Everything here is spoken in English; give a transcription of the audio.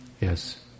Yes